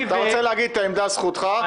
אתה רוצה להגיד את העמדה זכותך,